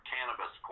Cannabis